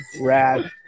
Rad